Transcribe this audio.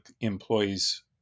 employees